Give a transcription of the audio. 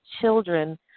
children